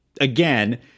again